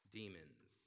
demons